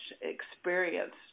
experience